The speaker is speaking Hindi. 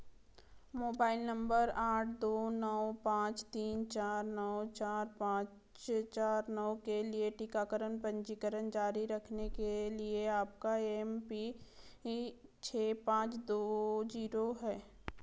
मोबाइल नंबर आठ दो नौ पाँच तीन चार नौ चार पाँच चार नौ के लिए टीकाकरण पंजीकरण जारी रखने के लिए आपका एम पिन छः पाँच दो जीरो है